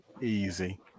easy